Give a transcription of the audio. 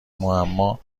معما